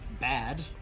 bad